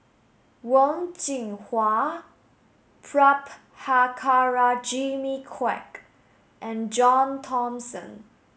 Wen Jinhua Prabhakara Jimmy Quek and John Thomson